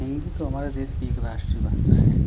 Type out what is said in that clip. हिंदी तो हमारे देश की एक राष्ट्रीय भाषा है